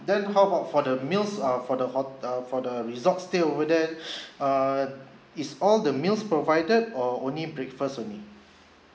then how about for the meals um for the hot~ um for the resort stay over there err is all the meals provided or only breakfast only